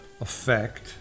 effect